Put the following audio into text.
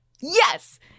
Yes